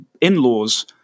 in-laws